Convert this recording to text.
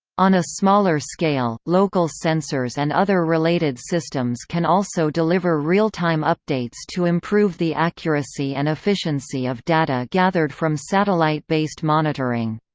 on a smaller scale, local sensors and other related systems can also deliver real-time updates to improve the accuracy and efficiency of data gathered from satellite-based monitoring.